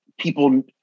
People